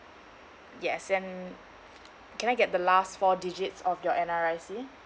yes and can I get the last four digits of your N_R_I_C